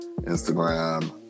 instagram